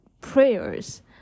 prayers